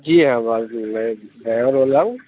جی ہاں بس میں ڈرائیور بول رہا ہوں